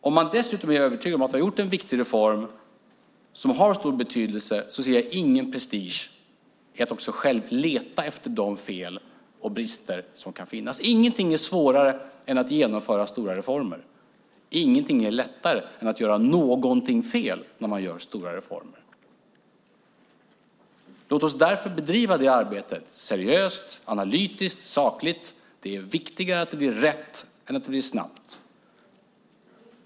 Om man dessutom är övertygad om att vi har gjort en viktig reform som har stor betydelse ser jag ingen prestige i att också själv leta efter de fel och brister som kan finnas. Ingenting är svårare än att genomföra stora reformer. Ingenting är lättare än att göra någonting fel när man gör stora reformer. Låt oss därför bedriva detta arbete seriöst, analytiskt och sakligt. Det är viktigare att det blir rätt än att det går snabbt.